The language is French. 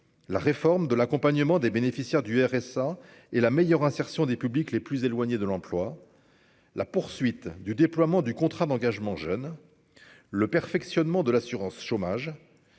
la réforme de l'accompagnement des bénéficiaires du RSA et la meilleure insertion des publics les plus éloignés de l'emploi, la poursuite du déploiement du contrat d'engagement jeune le perfectionnement de l'assurance chômage,